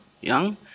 young